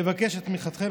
אבקש את תמיכתכם.